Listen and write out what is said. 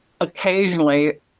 occasionally